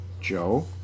Joe